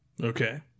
okay